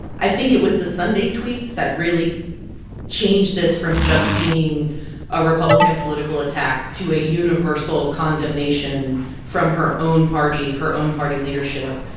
i think it was the sunday tweets that really changed this from just being a republican political attack to a universal condemnation from her own party, her own party leadership,